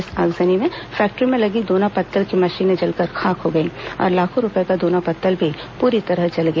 इस आगजनी में फैक्ट्री में लगी दोना पत्तल की मशीनें जलकर खाक हो गईं और लाखों रूपये का दोना पत्तल भी पूरी तरह जल गया